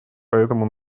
поэтому